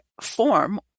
form